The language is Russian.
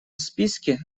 списке